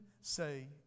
say